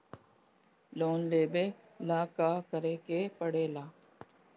Loan लेबे ला का करे के पड़े ला?